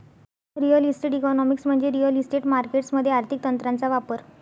real estate economics म्हणजे real estate markets मध्ये आर्थिक तंत्रांचा वापर